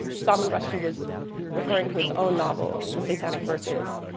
salman rushdie was referring to his own novel the satanic verses.